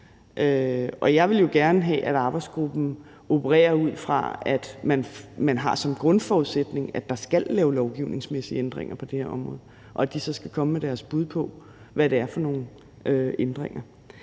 jeg vil jo gerne have, at arbejdsgruppen skal operere ud fra, at man har som en grundforudsætning, at der skal laves lovgivningsmæssige ændringer på det her område, og at de så skal komme med deres bud på, hvad det er for nogle ændringer.